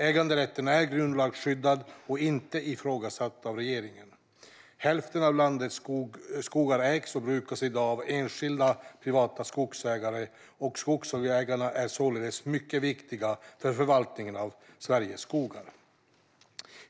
Äganderätten är grundlagsskyddad och inte ifrågasatt av regeringen. Hälften av landets skogar ägs och brukas i dag av enskilda privata skogsägare, och skogsägarna är således mycket viktiga för förvaltningen av Sveriges skogar.